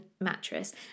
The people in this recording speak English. mattress